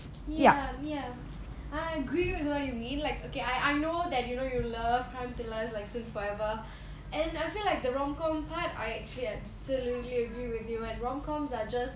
ya ya I agree with what you mean like okay I know that you know your love crime thrillers like since forever and I feel like the rom com part I actually absolutely agree with you and rom coms are just